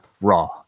Raw